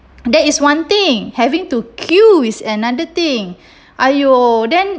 that is one thing having to queue is another thing !aiyo! then